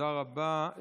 תודה רבה.